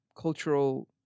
cultural